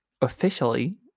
Officially